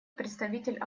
представитель